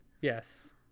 Yes